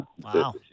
Wow